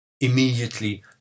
Immediately